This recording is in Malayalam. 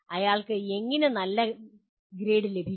അയാൾക്ക് എങ്ങനെ ഒരു നല്ല ഗ്രേഡ് ലഭിക്കും